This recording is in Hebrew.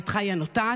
ידך היא הנוטעת.